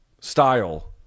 style